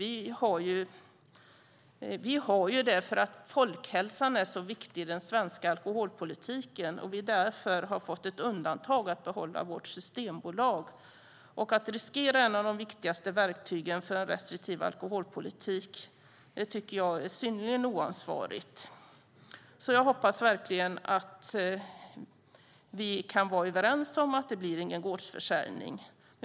Vi har ju det därför att folkhälsan är så viktig i den svenska alkoholpolitiken att vi därför har fått undantaget att behålla vårt systembolag. Att riskera ett av de viktigaste verktygen för en restriktiv alkoholpolitik tycker jag är synnerligen oansvarigt. Jag hoppas verkligen att vi kan vara överens om att det inte blir någon gårdsförsäljning.